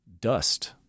dust